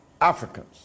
Africans